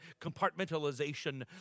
compartmentalization